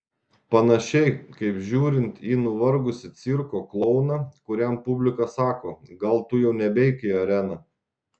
panašiai kaip žiūrint į nuvargusį cirko klouną kuriam publika sako gal tu jau nebeik į areną